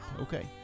Okay